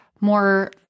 more